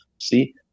see